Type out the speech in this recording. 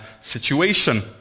situation